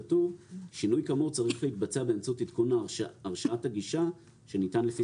כתוב "שינוי כמות צריך להתבצע באמצעות עדכון או הרשאת הגישה שניתן לפי